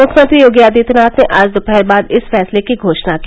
मुख्यमंत्री योगी आदित्यनाथ ने आज दोपहर बाद इस फैसले की घोषणा की